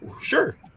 Sure